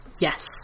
Yes